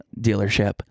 dealership